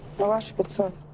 philological